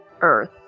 Earth